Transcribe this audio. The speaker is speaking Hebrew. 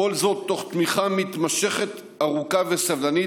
כל זאת תוך תמיכה מתמשכת ארוכה וסבלנית,